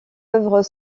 œuvres